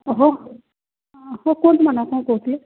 ଓହୋ ହେଉ କରିବା ନା କଣ କହୁଥିଲେ